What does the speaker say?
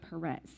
Perez